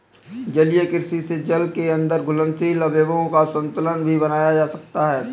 जलीय कृषि से जल के अंदर घुलनशील अवयवों का संतुलन भी बनाया जा सकता है